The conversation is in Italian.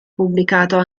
pubblicato